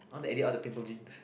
I want to edit other people gene